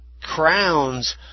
crowns